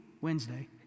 Wednesday